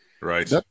Right